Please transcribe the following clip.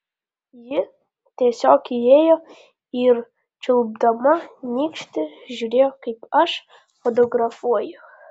ji tiesiog įėjo ir čiulpdama nykštį žiūrėjo kaip aš fotografuoju